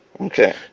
Okay